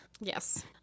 Yes